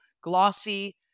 glossy